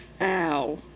Ow